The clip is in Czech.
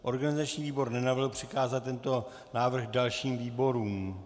Organizační výbor nenavrhl přikázat tento návrh dalším výborům.